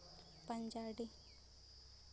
ᱯᱟᱸᱡᱟᱰᱤ